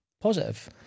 positive